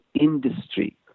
industry